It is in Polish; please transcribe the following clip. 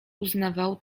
uznawał